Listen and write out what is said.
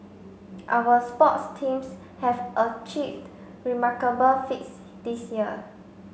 our sports teams have achieved remarkable feats this year